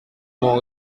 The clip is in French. mon